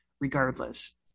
Regardless